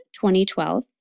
2012